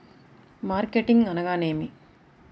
Marketing అనగానేమి?